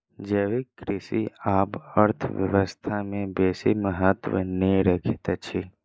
जैविक कृषि आब अर्थव्यवस्था में बेसी महत्त्व नै रखैत अछि